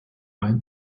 ein